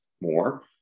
more